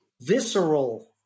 visceral